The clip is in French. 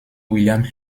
william